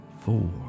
four